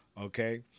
okay